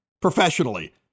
Professionally